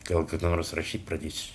gal kada nors rašyt pradėsiu